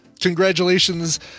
congratulations